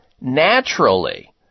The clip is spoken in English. naturally